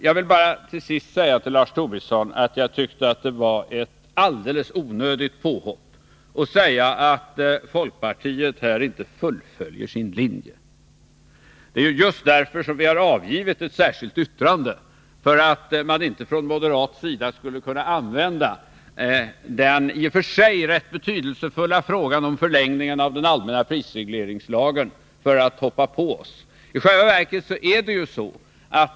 Jag vill till sist bara säga till Lars Tobisson att jag tycker att det var ett alldeles onödigt påhopp, när han sade att folkpartiet här inte fullföljer sin linje. Vi har ju avgivit ett särskilt yttrande just därför att man från moderat sida inte skulle kunna använda den i och för sig rätt betydelsefulla frågan om förlängningen av den allmänna prisregleringslagens giltighetstid för att hoppa på oss.